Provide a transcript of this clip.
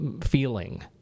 feeling